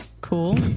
cool